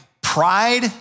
pride